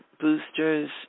boosters